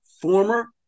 former